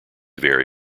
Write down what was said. very